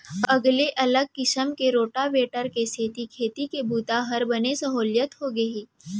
अगले अलग किसम के रोटावेटर के सेती खेती के बूता हर बने सहोल्लत होगे हे